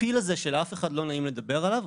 הפיל הזה שלאף אחד לא נעים לדבר עליו,